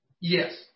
Yes